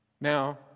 Now